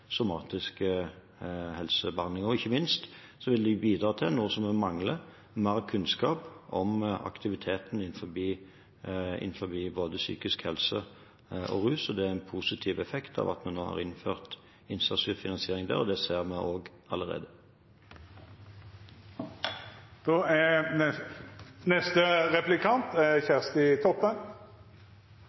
somatisk helsebehandling. Ikke minst vil det bidra til noe vi mangler – mer kunnskap om aktiviteten innenfor både psykisk helse og rus. Det er en positiv effekt av at vi nå har innført innsatsstyrt finansiering der, og det ser vi allerede. I debatten om Riksrevisjonen sitt dokument om koding i sjukehus i fjor, uttalte statsråden den 1. juni 2017: «DRG-ordningen og